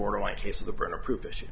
borderline case of the burden of proof issue